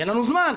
יהיה לנו זמן,